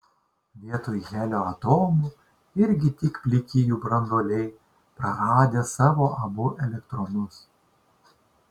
vietoj helio atomų irgi tik pliki jų branduoliai praradę savo abu elektronus